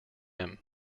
him